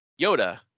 Yoda